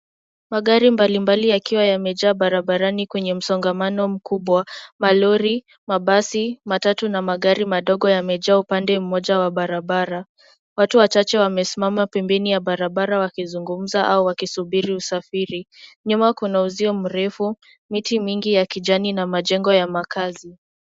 Magari mbalimbali yakiwa yamejaa barabarani kwenye msongamano mkubwa. Malori, mabasi, matatu na magari madogo yamejaa upande mmoja wa barabara. Watu wachache wamesimama pembeni ya barabara wakizungumza au wakisubiri usafiri. Nyuma kuna uzio mrefu, miti mingi ya kijani na majengo ye makazi.